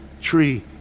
tree